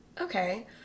Okay